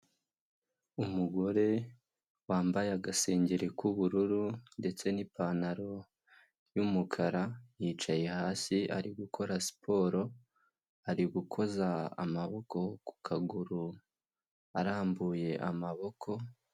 Umugore wambaye agasengeri k'ubururu ndetse n'ipantaro y'umukara, yicaye hasi ari gukora siporo, ari gukoza amaboko ku kaguru arambuye amaboko.